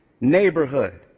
neighborhood